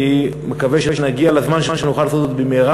אני מקווה שנגיע במהרה לזמן שנוכל לעשות את זה.